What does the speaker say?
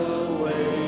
away